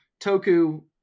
Toku